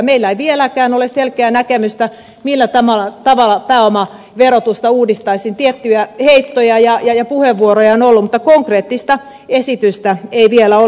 meillä ei vieläkään ole selkeää näkemystä millä tavalla pääomaverotusta uudistettaisiin tiettyjä heittoja ja puheenvuoroja on ollut mutta konkreettista esitystä ei vielä ole